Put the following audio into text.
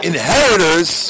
inheritors